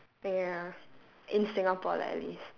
ya in singapore lah at least